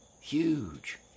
Huge